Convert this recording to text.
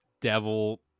devil